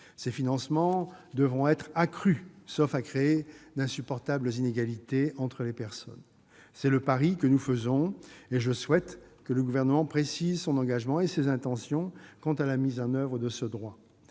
Ces financements devront être accrus, sauf à créer d'insupportables inégalités entre les personnes. C'est le pari que nous faisons, et je souhaite que le Gouvernement précise son engagement et ses intentions quant à la mise en oeuvre de ce droit.